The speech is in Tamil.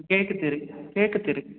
கிழக்கு தெரு கிழக்கு தெரு